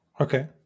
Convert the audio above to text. Okay